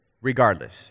regardless